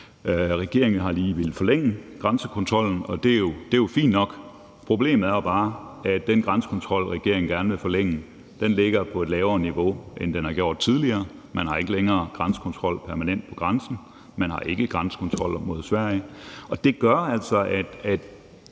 regeringen har lige villet forlænge grænsekontrollen, og det er jo fint nok. Problemet er jo bare, at den grænsekontrol, regeringen gerne vil forlænge, ligger på et lavere niveau, end den har gjort tidligere. Man har ikke længere en permanent grænsekontrol på grænsen, og man har ikke grænsekontroller mod Sverige, og det gør altså, at